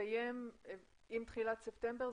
יסתיים עם תחילת ספטמבר?